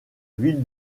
ville